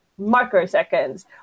microseconds